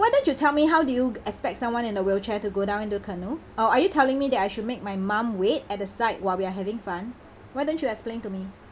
why don't you tell me how do you expect someone in the wheelchair to go down into canoe or are you telling me that I should make my mum wait at the side while we are having fun why don't you explain to me